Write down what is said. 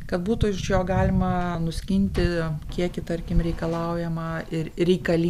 kad būtų iš jo galima nuskinti kiekį tarkim reikalaujamą ir reikali